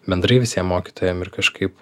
bendrai visiem mokytojam ir kažkaip